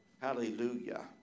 Hallelujah